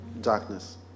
darkness